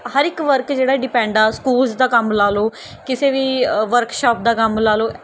ਹਰ ਇੱਕ ਵਰਕ ਜਿਹੜਾ ਹੈ ਡਿਪੈਂਡ ਆ ਸਕੂਲਜ਼ ਦਾ ਕੰਮ ਲਾ ਲਉ ਕਿਸੇ ਵੀ ਵਰਕਸ਼ੌਪ ਦਾ ਕੰਮ ਲਾ ਲਓ